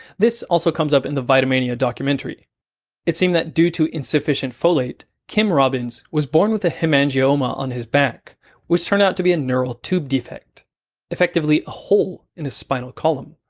this also comes up in the vitamania documentary it seemed that due to insufficient folate, kim robbins was born with a hemangioma on his back which turned out to be a neural tube defect effectively a hole in his spinal column.